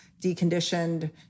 deconditioned